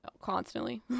constantly